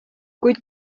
kuid